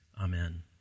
amen